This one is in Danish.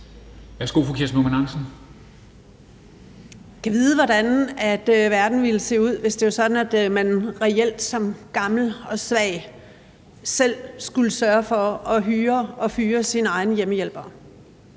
Normann Andersen (SF): Gad vide, hvordan verden ville se ud, hvis det var sådan, at man reelt som gammel og svag selv skulle sørge for at hyre og fyre sin egen hjemmehjælper.